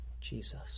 Jesus